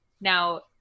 now